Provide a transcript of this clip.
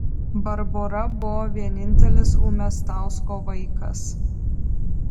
barbora buvo vienintelis umiastausko vaikas